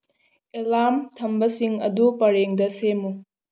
alarm ꯊꯝꯕꯁꯤꯡ ꯑꯗꯨ ꯄꯔꯦꯡꯗ ꯁꯦꯝꯃꯨ